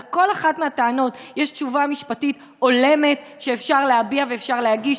ועל כל אחת מהטענות יש תשובה משפטית הולמת שאפשר להביע ואפשר להגיש.